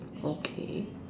okay